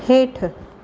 हेठि